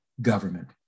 government